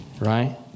right